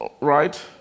right